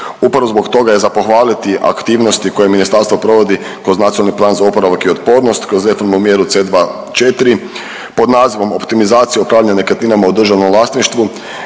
Upravo zbog toga je za pohvaliti aktivnosti koje ministarstvo provodi kroz Nacionalni plan za oporavak i otpornost kroz reformnu mjeru C24 pod nazivom Optimizacija upravljanja nekretninama u državnom vlasništvu